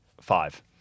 five